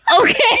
Okay